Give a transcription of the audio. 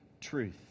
truth